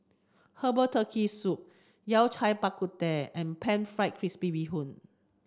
Herbal Turtle Soup Yao Cai Bak Kut Teh and Pan Fried Crispy Bee Hoon